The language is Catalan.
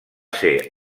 ser